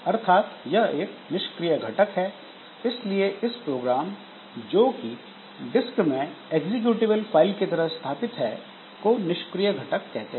अर्थात यह एक निष्क्रिय घटक है इसीलिए इस प्रोग्राम जोकि डिस्क में एग्जीक्यूटेबल फाइल की तरह स्थापित है को निष्क्रिय घटक कहते हैं